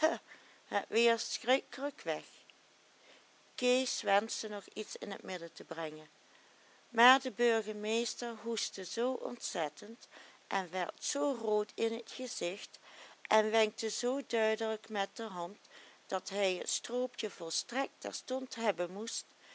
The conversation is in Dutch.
het weer schrikkelijk weg kees wenschte nog iets in het midden te brengen maar de burgemeester hoestte zoo ontzettend en werd zoo rood in t gezicht en wenkte zoo duidelijk met de hand dat hij het stroopje volstrekt terstond hebben moest